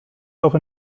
auch